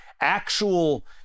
actual